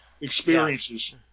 experiences